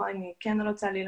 אני זוכר את עצמי בכיתה י"א